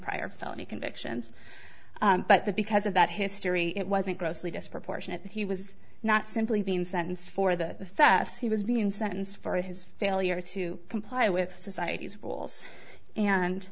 prior felony convictions but the because of that history it wasn't grossly disproportionate he was not simply being sentenced for the facts he was being sentenced for his failure to comply with society's rules and